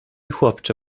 chłopcze